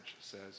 says